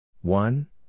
One